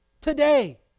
today